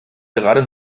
gerade